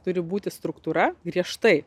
turi būti struktūra griežtai